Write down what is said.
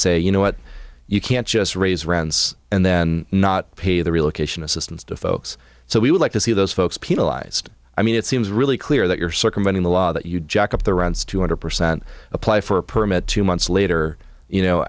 say you know what you can't just raise rents and then not pay the relocation assistance to folks so we would like to see those folks penalized i mean it seems really clear that you're circumventing the law that you jack up the rounds two hundred percent apply for a permit two months later you know